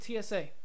TSA